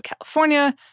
California